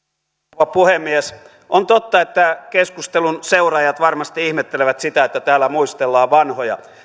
rouva puhemies on totta että keskustelun seuraajat varmasti ihmettelevät sitä että täällä muistellaan vanhoja